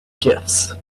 gifts